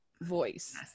voice